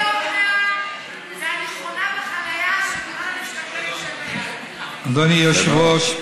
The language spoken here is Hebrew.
ואני חונה בחניה, אדוני היושב-ראש,